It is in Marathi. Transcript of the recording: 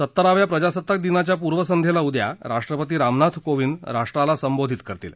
सत्तराव्या प्रजासत्ताक दिनाच्या पूर्वसंध्येला उद्या राष्ट्रपती रामनाथ कोविंद राष्ट्राला संबोधित करतील